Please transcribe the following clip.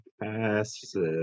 passive